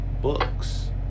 books